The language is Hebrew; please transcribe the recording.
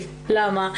למה?